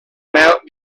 mount